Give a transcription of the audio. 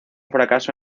fracaso